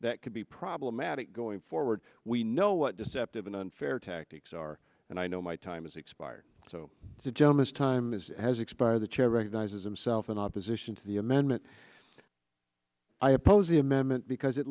that could be problematic going forward we know what deceptive and unfair tactics are and i know my time has expired so the germans time is has expired the chair recognizes himself in opposition to the amendment i oppose the amendment because it